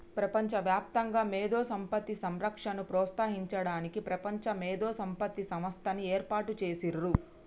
ప్రపంచవ్యాప్తంగా మేధో సంపత్తి రక్షణను ప్రోత్సహించడానికి ప్రపంచ మేధో సంపత్తి సంస్థని ఏర్పాటు చేసిర్రు